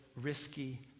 risky